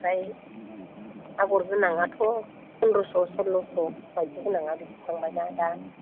आमफ्राय आगर गोनांआथ' फनद्रस' सल्ल'स' माइदि गोनांआ बिदि थांबाय ना दा